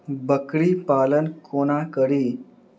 बकरी पालन कोना करि?